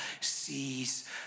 sees